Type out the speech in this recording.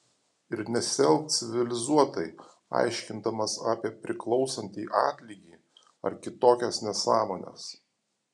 ir nesielk civilizuotai aiškindamas apie priklausantį atlygį ar kitokias nesąmones